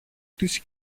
της